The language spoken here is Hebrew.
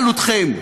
היא לא בבעלותכם.